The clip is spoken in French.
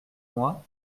moi